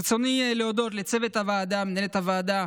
ברצוני להודות לצוות הוועדה: למנהלת הוועדה